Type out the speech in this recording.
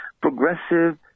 Progressive